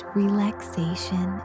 relaxation